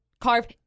carve